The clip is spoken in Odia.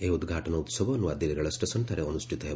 ଏହି ଉଦ୍ଘାଟନ ଉତ୍ସବ ନ୍ନଆଦିଲ୍ଲୀ ରେଳଷ୍ଟେସନ୍ଠାରେ ଅନୁଷ୍ଠିତ ହେବ